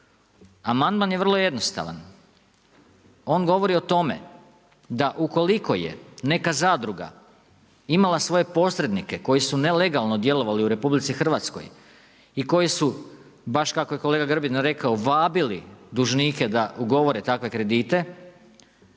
Amandman je vrlo jednostavan. On govori o tome, da ukoliko je neka zadruga, imala svoje posrednike koji su nelegalno djelovali u RH i koji su, baš kako je kolega Grbin rekao, vabili dužnike da ugovore takve kredite,